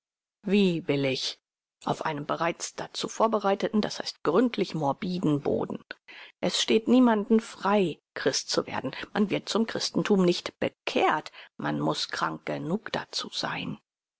wie billig auf einem bereits dazu vorbereiteten das heißt gründlich morbiden boden es steht niemandem frei christ zu werden man wird zum christenthum nicht bekehrt man muß krank genug dazu sein